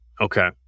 okay